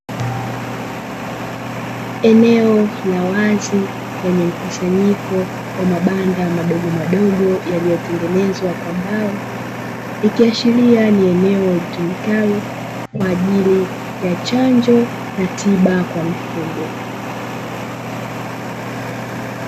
Eneo la wazi, lenye mkusanyiko wa mabanda madogomadogo yaliyotengenezwa kwa mbao. Ikiashiria ni eneo litumikalo kwa ajili ya chanjo na tiba kwa mifugo.